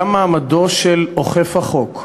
גם מעמדו של אוכף החוק,